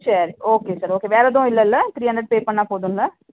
சரி okay sir okay வேறு எதுவும் இல்லயில்ல த்ரீ ஹண்ட்ரட் பே பண்ணால் போதும்லே